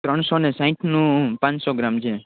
ત્રણસોને સાહિથનું પણસો ગ્રામ છે